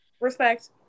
Respect